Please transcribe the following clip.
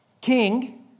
king